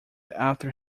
after